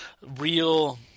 real